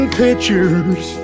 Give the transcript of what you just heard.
pictures